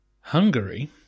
Hungary